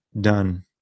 done